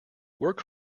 work